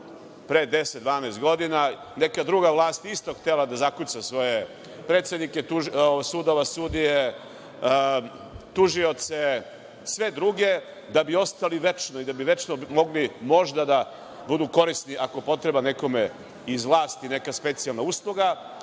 pre 10, 12 godina neka druga vlast je isto htela da zakuca svoje predsednike sudova, sudije, tužioce, sve druge da bi ostali večno i da bi večno mogli možda da budi korisni ako je potrebna nekome iz vlasti neka specijalna usluga,